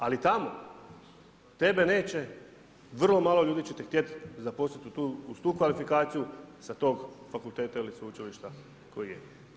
Ali, tamo, tebe neće vrlo malo ljudi će te htjeti zaposliti uz tu kvalifikaciju sa tog fakulteta ili sveučilišta koji je.